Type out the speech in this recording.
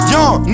Young